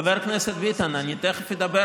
חבר הכנסת ביטן, אני תכף אדבר